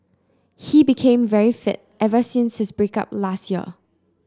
he became very fit ever since his break up last year